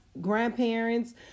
grandparents